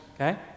okay